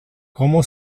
como